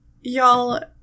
Y'all